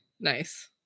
Nice